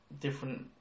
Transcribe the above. different